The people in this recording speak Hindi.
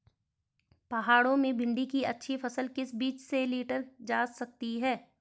पहाड़ों में भिन्डी की अच्छी फसल किस बीज से लीटर जा सकती है?